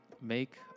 make